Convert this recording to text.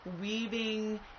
weaving